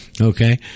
Okay